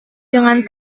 dengan